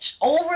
over